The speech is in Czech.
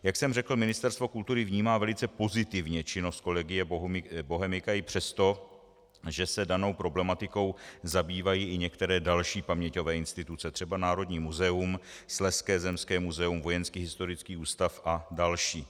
Jak jsem řekl, Ministerstvo kultury vnímá velice pozitivně činnost Collegia Bohemica i přesto, že se danou problematikou zabývají i některé další paměťové instituce, třeba Národní muzeum, Slezské zemské muzeum, Vojenský historický ústav a další.